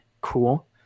cool